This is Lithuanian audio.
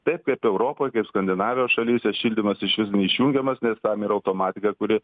taip kaip europoj kaip skandinavijos šalyse šildymas išvis neišjungiamas nes tam yra automatika kuri